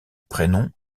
prénom